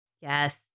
Yes